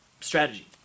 strategy